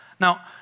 Now